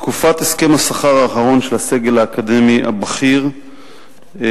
תקופת הסכם השכר האחרון של הסגל האקדמי הבכיר באוניברסיטאות